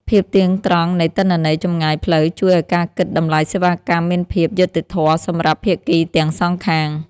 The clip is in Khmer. ភាពទៀងត្រង់នៃទិន្នន័យចម្ងាយផ្លូវជួយឱ្យការគិតតម្លៃសេវាកម្មមានភាពយុត្តិធម៌សម្រាប់ភាគីទាំងសងខាង។